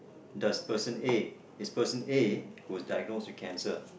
thus person A this person A was diagnosed with cancer